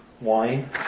wine